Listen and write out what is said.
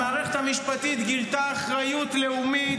המערכת המשפטית גילתה אחריות לאומית